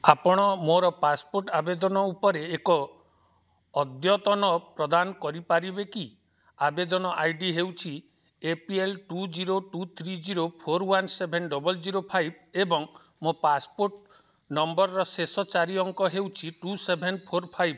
ଆପଣ ମୋର ପାସପୋର୍ଟ ଆବେଦନ ଉପରେ ଏକ ଅଦ୍ୟତନ ପ୍ରଦାନ କରିପାରିବେ କି ଆବେଦନ ଆଇ ଡି ହେଉଛି A P L two zero two three zero four one seven double zero five ଏବଂ ମୋ ପାସପୋର୍ଟ ନମ୍ବରର ଶେଷ ଚାରି ଅଙ୍କ ହେଉଛି ଟୁ ସେଭେନ୍ ଫୋର୍ ଫାଇପ୍